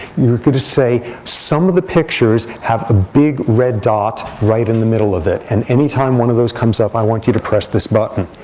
you're going to say, some of the pictures have a big red dot right in the middle of it. and any time one of those comes up, i want you to press this button.